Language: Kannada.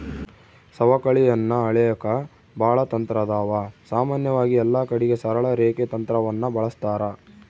ಸವಕಳಿಯನ್ನ ಅಳೆಕ ಬಾಳ ತಂತ್ರಾದವ, ಸಾಮಾನ್ಯವಾಗಿ ಎಲ್ಲಕಡಿಗೆ ಸರಳ ರೇಖೆ ತಂತ್ರವನ್ನ ಬಳಸ್ತಾರ